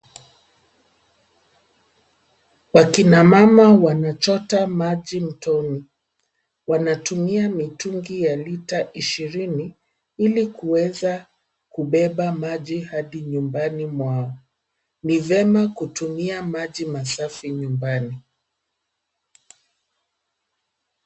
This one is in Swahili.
Wakina mama wanachota maji mtoni, wanatumia mitungi ya lita ishirini ili kuweza kubeba maji hadi nyumbani mwao. Ni vyema kutumia maji masafi nyumbani.